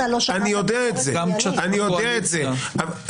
גם כשאתם בקואליציה.